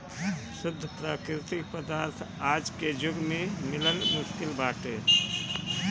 शुद्ध प्राकृतिक पदार्थ आज के जुग में मिलल मुश्किल बाटे